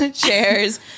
chairs